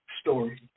story